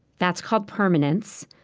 that's called permanence.